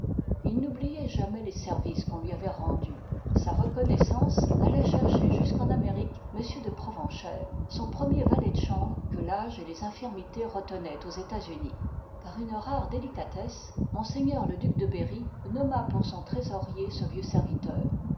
il n'oublioit jamais les services qu'on lui avoit rendus sa reconnoissance alla cher iv parï cher jusqu'en amérique m de proten l iv i chère son premier valet de chambre que l'âge et les infirmités retenoient aux etatsunis par une rare délicatesse msle duc dé berry nomma pour son trésorier jce vieux serviteur